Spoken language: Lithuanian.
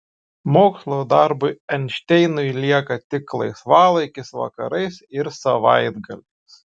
mokslo darbui einšteinui lieka tik laisvalaikis vakarais ir savaitgaliais